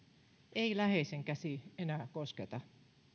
ei läheisen käsi enää kosketa